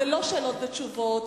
זה לא שאלות ותשובות,